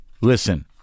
listen